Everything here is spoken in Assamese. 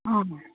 অঁ